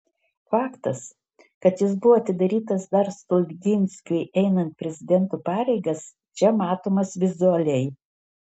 faktas kad jis buvo atidarytas dar stulginskiui einant prezidento pareigas čia matomas vizualiai